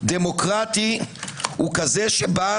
דמוקרטי הוא כזה שבא